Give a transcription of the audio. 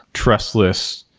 trustless,